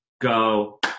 go